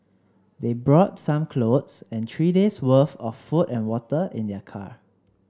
they brought some clothes and three days' worth of food and water in their car